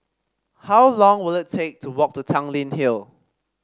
how long will it take to walk to Tanglin Hill